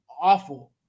awful